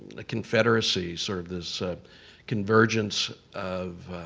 the confederacy, sort of this convergence of,